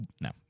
no